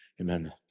amen